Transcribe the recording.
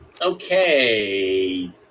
Okay